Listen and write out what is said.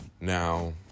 Now